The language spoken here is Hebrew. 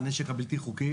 הנשק הבלתי חוקי.